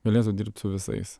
galėtų dirbt su visais